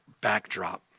backdrop